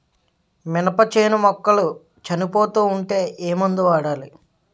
మినప చేను మొక్కలు చనిపోతూ ఉంటే ఏమందు వాడాలి?